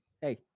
Hey